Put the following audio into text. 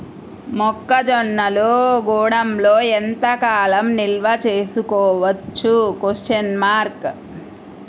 మొక్క జొన్నలు గూడంలో ఎంత కాలం నిల్వ చేసుకోవచ్చు?